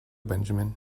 benjamin